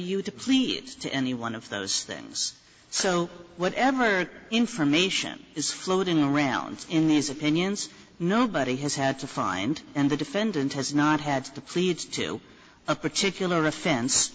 you to plead to any one of those things so whatever information is floating around in these opinions nobody has had to find and the defendant has not had to plead to a particular offen